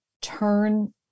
turn